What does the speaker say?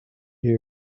here